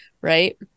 Right